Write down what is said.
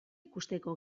ikusteko